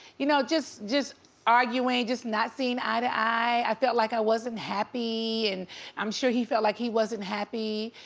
you know just just arguing, just not seeing eye to eye. i felt like i wasn't happy, and i'm sure he felt like he wasn't happy.